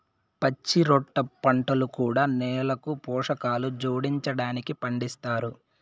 పచ్చిరొట్ట పంటలు కూడా నేలకు పోషకాలు జోడించడానికి పండిస్తారు